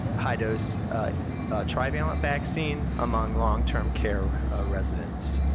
high dose trivalent vaccine among long-term care residents.